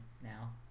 now